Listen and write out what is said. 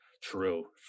True